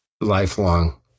lifelong